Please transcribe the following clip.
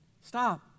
stop